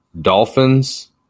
Dolphins